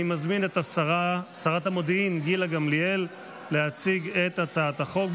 אני מזמין את שרת המודיעין גילה גמליאל להציג את הצעת החוק.